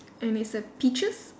and it's a peaches